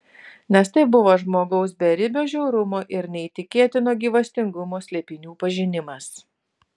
nes tai buvo žmogaus beribio žiaurumo ir neįtikėtino gyvastingumo slėpinių pažinimas